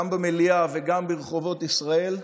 גם במליאה וגם ברחובות ישראל,